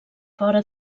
fora